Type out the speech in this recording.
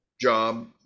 job